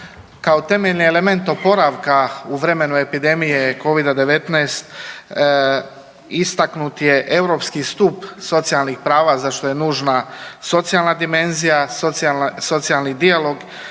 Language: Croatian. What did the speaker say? Kao temeljni element oporavka u vremenu epidemije Covida-19 istaknut je europski stup socijalnih prava za što je nužna socijalna dimenzija, socijalni dijalog